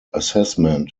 assessment